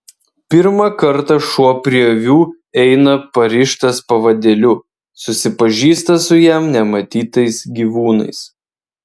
pirmą kartą šuo prie avių eina parištas pavadėliu susipažįsta su jam nematytais gyvūnais